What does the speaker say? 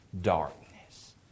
darkness